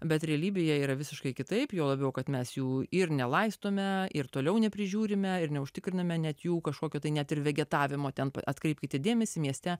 bet realybėje yra visiškai kitaip juo labiau kad mes jų ir nelaistome ir toliau neprižiūrime ir neužtikriname net jų kažkokio tai net ir vegetavimo tempai atkreipkite dėmesį mieste